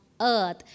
earth